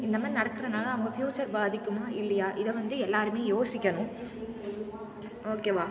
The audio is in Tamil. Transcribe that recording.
இந்த மாதிரி நடத்துறதுனால அவங்க ஃப்யூச்சர் பாதிக்குமா இல்லையா இதை வந்து எல்லோருமே யோசிக்கணும் ஓகேவா